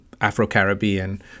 Afro-Caribbean